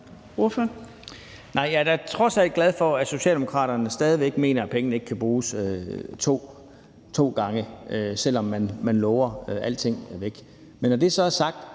Jeg er da trods alt glad for, at Socialdemokraterne stadig væk mener, at pengene ikke kan bruges to gange – selv om man lover alting væk. Men når det så er sagt,